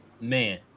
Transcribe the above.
Man